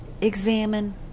examine